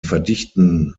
verdichten